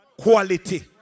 Quality